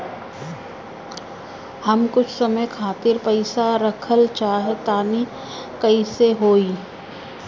हम कुछ समय खातिर पईसा रखल चाह तानि कइसे होई?